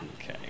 Okay